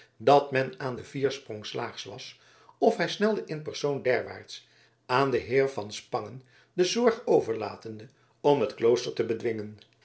dat men aan den viersprong slaags was of hij snelde in persoon derwaarts aan den heer van spangen de zorg overlatende om het klooster te bedwingen